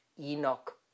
Enoch